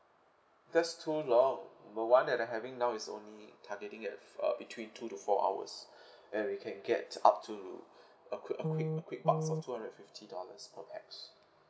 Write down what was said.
that's too long the one that I'm having now is only targeting at f~ uh between two to four hours then we can get up to a quick a quick a quick bucks of two hundred and fifty dollars per pax